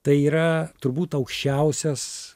tai yra turbūt aukščiausias